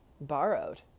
borrowed